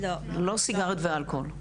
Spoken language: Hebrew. לא סיגריות ואלכוהול.